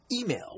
Email